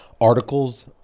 articles